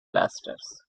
blasters